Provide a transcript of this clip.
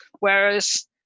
Whereas